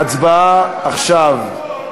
ההצבעה עכשיו.